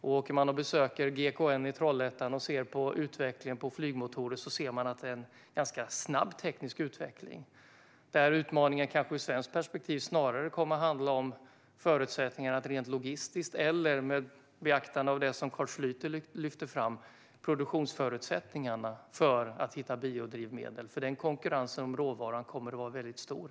Besöker man GKN i Trollhättan och tittar på den tekniska utvecklingen när det gäller flygmotorer ser man att den är ganska snabb. Ur svenskt perspektiv kommer utmaningen kanske snarare att handla om de logistiska förutsättningarna eller, med beaktande av det som Carl Schlyter lyfte fram, produktionsförutsättningarna för att få fram biodrivmedel. Konkurrensen om råvaran kommer att vara väldigt stor.